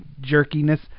jerkiness